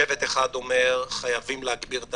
שבט אחד אומר, חייבים להגביר את